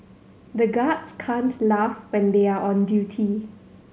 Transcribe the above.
the guards can't laugh when they are on duty